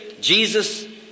Jesus